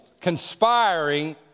conspiring